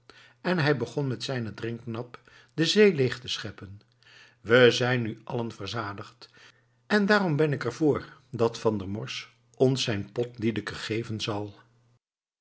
en hij begon met zijnen drinknap de zee leêg te scheppen we zijn nu allen verzadigd en daarom ben ik er voor dat van der morsch ons zijn pot liedeke geven zal